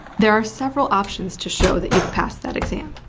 there are several options to show that you've passed that exam.